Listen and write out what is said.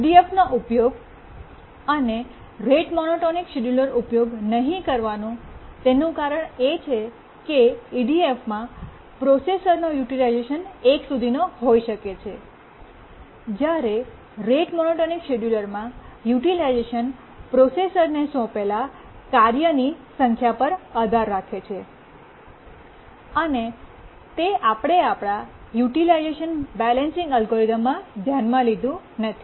ઇડીએફનો ઉપયોગ અને rate monotonic scheduler ઉપયોગ નહીં કરવાનું તેનું કારણ એ છે કે EDFમાં પ્રોસેસરનો યુટિલાઇઝેશન 1 સુધીનો હોઈ શકે છે જ્યારે રેટ મોનોટોનિક શિડ્યુલરમાં યુટિલાઇઝેશન પ્રોસેસરને સોંપેલ કાર્યોની સંખ્યા પર આધાર રાખે છે અને તે આપણે આપણા યુટિલાઇઝેશન બૈલન્સિંગ અલ્ગોરિધમમાં ધ્યાનમાં લીધું નથી